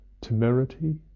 temerity